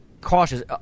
cautious